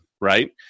right